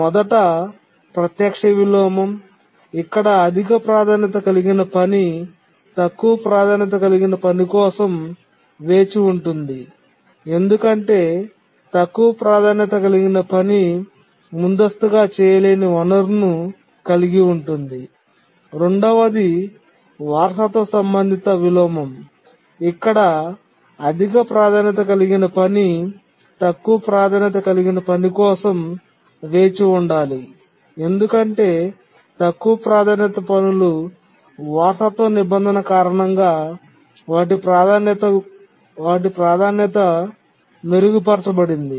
మొదట ప్రత్యక్ష విలోమం ఇక్కడ అధిక ప్రాధాన్యత కలిగిన పని తక్కువ ప్రాధాన్యత కలిగిన పని కోసం వేచి ఉంటుంది ఎందుకంటే తక్కువ ప్రాధాన్యత కలిగిన పని ముందస్తుగా చేయలేని వనరును కలిగి ఉంటుంది రెండవది వారసత్వ సంబంధిత విలోమం ఇక్కడ అధిక ప్రాధాన్యత కలిగిన పని తక్కువ ప్రాధాన్యత కలిగిన పని కోసం వేచి ఉండాలి ఎందుకంటే తక్కువ ప్రాధాన్యత పనులు వారసత్వ నిబంధన కారణంగా వాటి ప్రాధాన్యత మెరుగుపరచబడింది